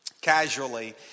casually